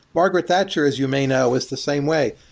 margaret thatcher, as you may know, is the same way.